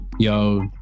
Yo